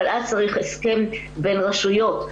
אבל אז צריך הסכם בין רשויות.